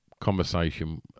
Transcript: conversation